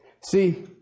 See